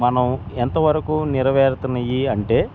మనం ఎంతవరకు నెరవేరుతున్నాయి అంటే